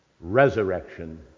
resurrection